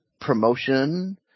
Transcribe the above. promotion